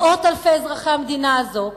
מאות אלפי אזרחי המדינה הזו,